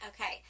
Okay